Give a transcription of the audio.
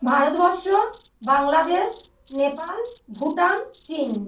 ভারতবর্ষ বাংলাদেশ নেপাল ভুটান চীন